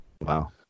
Wow